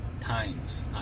times